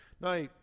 Now